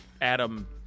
Adam